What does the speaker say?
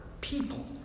people